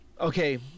okay